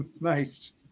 Nice